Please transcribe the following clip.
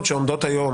אפשר התייעצות סיעתית?